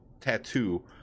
tattoo